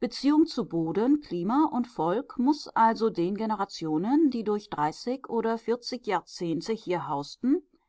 beziehung zu boden klima und volk muß also den generationen die durch dreißig oder vierzig jahrzehnte hier hausten